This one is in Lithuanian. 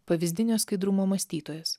pavyzdinio skaidrumo mąstytojas